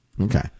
Okay